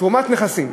תרומת נכסים,